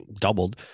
doubled